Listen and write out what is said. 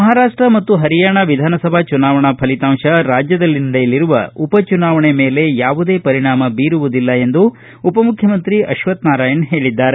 ಮಹಾರಾಷ್ಷ ಮತ್ತು ಪರಿಯಾಣಾ ವಿಧಾನಸಭೆ ಚುನಾವಣೆಯ ಫಲತಾಂಶ ರಾಜ್ಯದಲ್ಲಿ ನಡೆಯಲರುವ ಉಪಚುನಾವಣೆ ಮೇಲೆ ಯಾವುದೇ ಪರಿಣಾಮ ಬೀರುವುದಿಲ್ಲ ಎಂದು ಉಪ ಮುಖ್ಯಮಂತ್ರಿ ಅಶ್ವತ್ತ ನಾರಾಯಣ ಹೇಳಿದ್ದಾರೆ